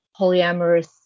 polyamorous